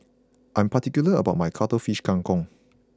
I am particular about my Cuttlefish Kang Kong